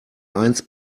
eins